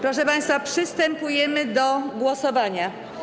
Proszę państwa, przystępujemy do głosowania.